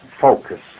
focus